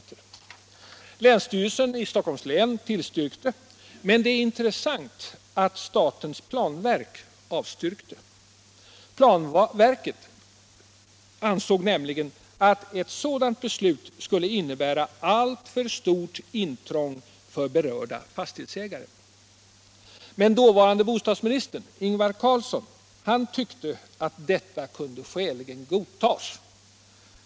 Länsstyrelsen i Stockholms län tillstyrkte, men det är intressant att statens planverk avstyrkte. Planverket ansåg nämligen att ett sådant här beslut skulle innebära alltför stort intrång för berörda fastighetsägare. Dåvarande bostadsministern Ingvar Carlsson tyckte emellertid att detta kunde skäligen godtas.